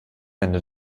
ende